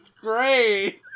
Great